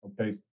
Okay